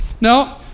no